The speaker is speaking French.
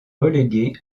relégué